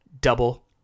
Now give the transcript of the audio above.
Double